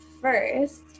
first